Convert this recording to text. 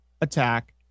attack